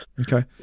Okay